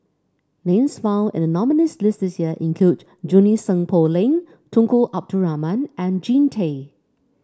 names found in the nominees' list this year include Junie Sng Poh Leng Tunku Abdul Rahman and Jean Tay